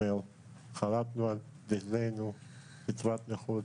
חרתנו על דגלנו קצבת נכות